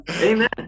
Amen